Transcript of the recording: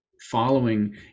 following